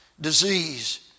disease